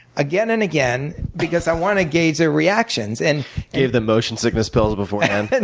again and again because i want to gauge their reactions. and gave them motion sickness pills beforehand?